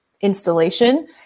installation